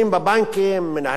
מנהלי הבנקים,